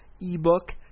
ebook